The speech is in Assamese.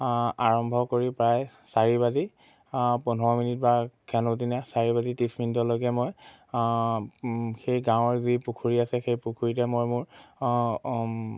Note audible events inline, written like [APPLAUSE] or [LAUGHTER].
আৰম্ভ কৰি প্ৰায় চাৰি বাজি পোন্ধৰ মিনিট বা [UNINTELLIGIBLE] দিনা চাৰি বাজি ত্ৰিছ মিনিটলৈকে মই সেই গাঁৱৰ যি পুখুৰী আছে সেই পুখুৰীতে মই মোৰ